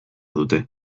dute